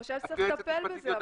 אני חושבת שצריך לטפל בזה.